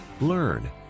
learn